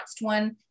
one